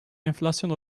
enflasyon